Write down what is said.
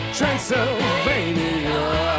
Transylvania